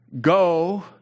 Go